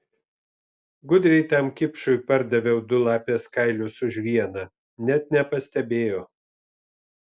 gudriai tam kipšui pardaviau du lapės kailius už vieną net nepastebėjo